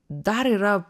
dar yra